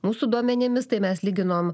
mūsų duomenimis tai mes lyginom